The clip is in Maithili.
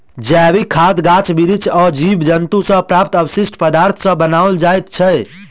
जैविक खाद गाछ बिरिछ आ जीव जन्तु सॅ प्राप्त अवशिष्ट पदार्थ सॅ बनाओल जाइत छै